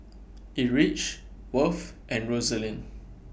Erich Worth and Roselyn